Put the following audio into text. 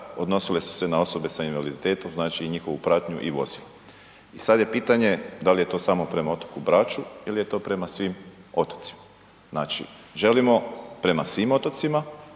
odnosile su se na osobe sa invaliditetom, znači i njihovu pratnju i vozila. I sad je pitanje da li je to samo prema otoku Braču ili je to prema svim otocima. Znači želimo prema svim otocima,